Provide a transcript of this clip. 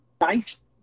nice